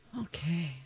Okay